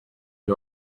who